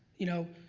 you know,